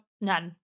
none